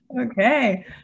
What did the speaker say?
Okay